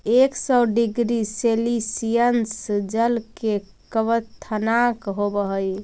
एक सौ degree Celsius जल के क्वथनांक होवऽ हई